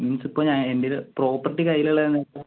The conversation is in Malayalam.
നിങ്ങക്കിപ്പോൾ ഞാൻ എൻ്റെല് പ്രോപ്പർട്ടി കൈയ്യിലുള്ളതെന്നു വെച്ചാൽ